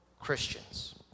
Christians